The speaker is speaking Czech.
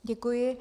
Děkuji.